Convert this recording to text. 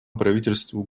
правительству